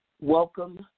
Welcome